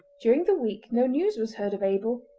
during the week no news was heard of abel,